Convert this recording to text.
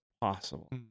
possible